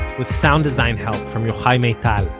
with sound design help from yochai maital.